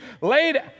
laid